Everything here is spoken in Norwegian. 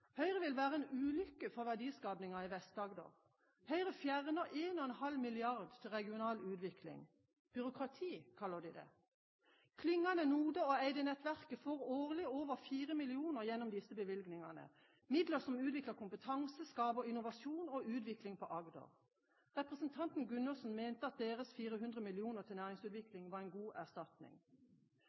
Høyre vil være en ulykke for verdiskapingen i Vest-Agder. Høyre fjerner 1,5 mrd. kr til regional utvikling – byråkrati kaller de det. Klyngene NODE og Eyde-nettverket får årlig over 4 mill. kr gjennom disse bevilgningene – midler som utvikler kompetanse og skaper innovasjon og utvikling for Agder. Representanten Gundersen mente at deres 400 mill. kr til næringsutvikling var en god erstatning.